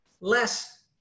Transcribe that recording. Less